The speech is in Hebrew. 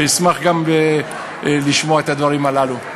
אשמח לשמוע את הדברים הללו.